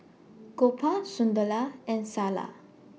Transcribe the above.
Gopal Sunderlal and Sanal